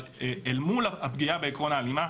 אבל מול הפגיעה בעיקרון ההלימה,